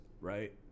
Right